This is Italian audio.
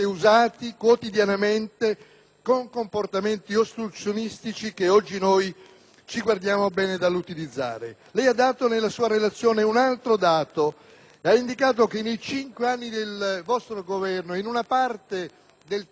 ci guardiamo bene dall'utilizzare.